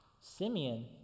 Simeon